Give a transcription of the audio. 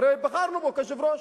הרי בחרנו בו כיושב-ראש.